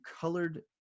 colored